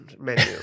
menu